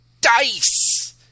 dice